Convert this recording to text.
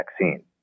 vaccine